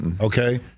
okay